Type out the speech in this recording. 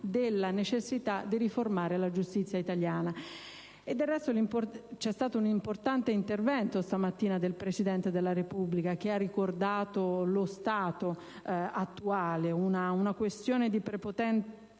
della necessità di riformare la giustizia italiana. Stamattina vi è stato un importante intervento del Presidente della Repubblica, che ha ricordato lo stato attuale, definendo una «questione di prepotente